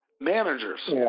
managers